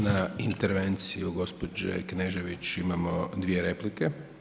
Na intervenciju gospođe Knežević imamo dvije replike.